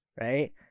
right